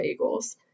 bagels